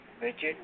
Richard